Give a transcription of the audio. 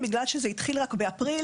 בגלל שזה התחיל רק באפריל,